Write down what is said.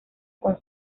con